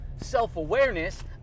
self-awareness